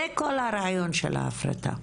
זה כל הרעיון של ההפרטה.